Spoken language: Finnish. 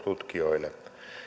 tutkijoille